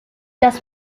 das